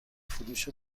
فروش